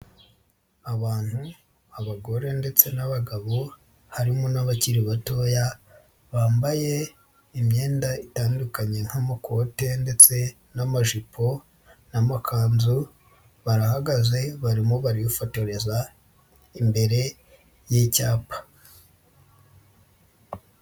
Abantu abagore ndetse n'abagabo harimo n'abakiri batoya bambaye imyenda itandukanye nk'amakote ndetse n'amajipo n'amakanzu barahagaze barimo barifotoreza imbere y'icyapa.